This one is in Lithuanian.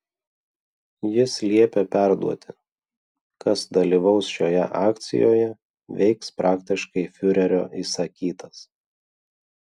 jis liepė perduoti kas dalyvaus šioje akcijoje veiks praktiškai fiurerio įsakytas